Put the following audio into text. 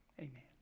amen